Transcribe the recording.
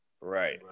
Right